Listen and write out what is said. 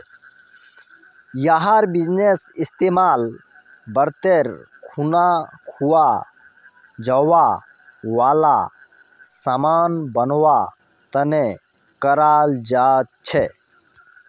यहार बीजेर इस्तेमाल व्रतेर खुना खवा जावा वाला सामान बनवा तने कराल जा छे